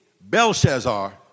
Belshazzar